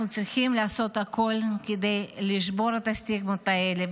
אנחנו צריכים לעשות הכול כדי לשבור את הסטיגמות האלה,